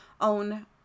own